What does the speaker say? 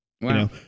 Wow